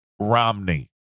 Romney